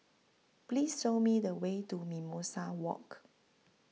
Please Show Me The Way to Mimosa Walk